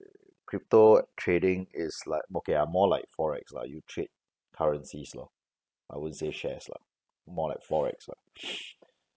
crypto trading is like okay I'm more like FOREX lah you trade currencies lor I won't say shares lah more like FOREX lah